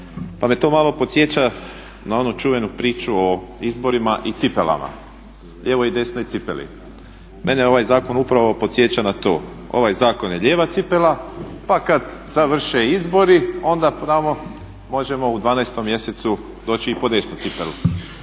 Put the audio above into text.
pa me to malo podsjeća na onu čuvanu priču o izborima i cipelama, lijevoj i desnoj cipeli. Mene ovaj zakon upravo podsjeća na to. Ovaj zakon je lijeva cipela, pa kad završe cipele onda pravo možemo u 12.mjesecu doći i po desnu cipelu.